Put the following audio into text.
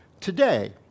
today